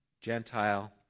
Gentile